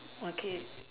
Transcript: okay